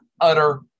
Utter